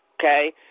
Okay